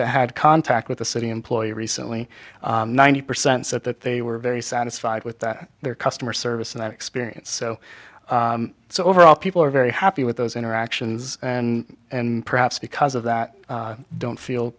that had contact with the city employee recently ninety percent said that they were very satisfied with that their customer service and that experience so so overall people are very happy with those interactions and perhaps because of that don't feel